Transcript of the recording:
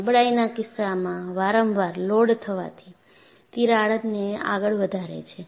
નબળાઈના કિસ્સામાં વારંવાર લોડ થવાથી તિરાડને આગળ વધારે છે